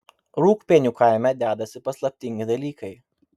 rūgpienių kaime dedasi paslaptingi dalykai